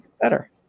better